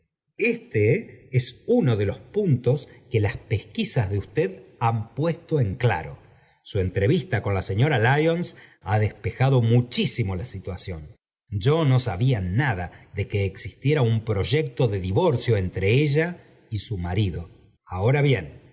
este es uno de los puntos que las pesquisas ae usted han puesto en claro su entrevista con ja señora lyons ha despejado muchísimo la siuacion yo no sabía nada do que existiera un proyecto de divorcio entre ella y su marido ahora bien